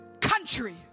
country